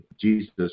Jesus